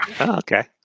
Okay